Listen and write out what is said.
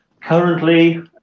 currently